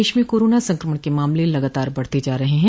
प्रदेश में कोरोना संक्रमण के मामले लगातार बढ़ते जा रहे हैं